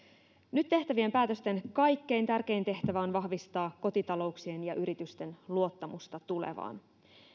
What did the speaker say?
nyt tehtävien päätösten kaikkein tärkein tehtävä on vahvistaa kotitalouksien ja yritysten luottamusta tulevaan